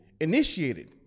initiated